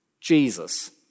Jesus